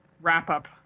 wrap-up